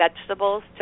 vegetables